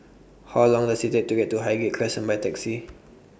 How Long Does IT Take to get to Highgate Crescent My Taxi